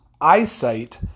eyesight